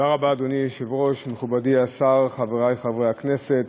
אדוני היושב-ראש, מכובדי השר, חברי חברי הכנסת,